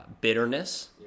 bitterness